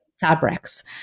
fabrics